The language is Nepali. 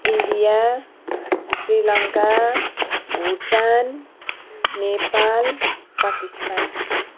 इन्डिया श्रीलङ्का भुटान नेपाल पाकिस्तान